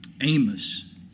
Amos